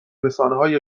رسانههای